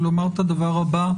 ולומר את הדבר הבא,